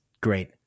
great